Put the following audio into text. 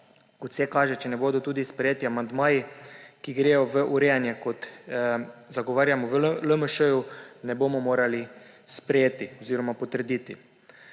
kot vse kaže, če ne bodo sprejeti amandmaji, ki gredo v urejanje, kot zagovarjamo v LMŠ – ne bomo mogli sprejeti oziroma potrditi.